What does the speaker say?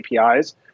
apis